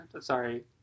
Sorry